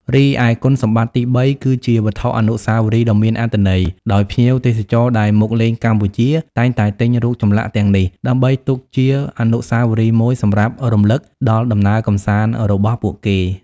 រីឯគុណសម្បត្តិទីបី គឺ ជាវត្ថុអនុស្សាវរីយ៍ដ៏មានអត្ថន័យ ដោយភ្ញៀវទេសចរដែលមកលេងកម្ពុជាតែងតែទិញរូបចម្លាក់ទាំងនេះ ដើម្បីទុកជាអនុស្សាវរីយ៍មួយសម្រាប់រំលឹកដល់ដំណើរកម្សាន្តរបស់ពួកគេ។